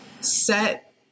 set